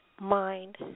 mind